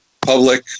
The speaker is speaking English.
public